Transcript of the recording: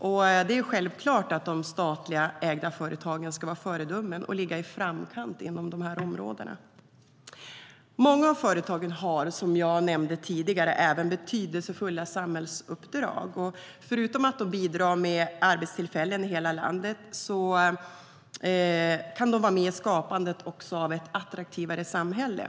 Det är självklart att de statligt ägda företagen ska vara föredömen och ligga i framkant inom dessa områden. Många av företagen har, som jag nämnde tidigare, även betydelsefulla samhällsuppdrag. Förutom att de bidrar med arbetstillfällen i hela landet kan de vara med i skapandet av ett attraktivare samhälle.